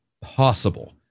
possible